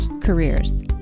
careers